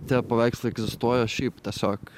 tie paveikslai egzistuoja šiaip tiesiog